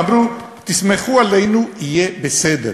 אמרו: תסמכו עלינו, יהיה בסדר.